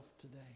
today